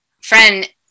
friend